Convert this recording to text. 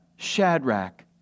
Shadrach